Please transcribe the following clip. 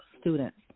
students